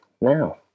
now